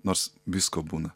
nors visko būna